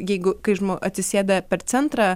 jeigu kai žmo atsisėda per centrą